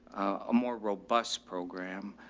a more robust program,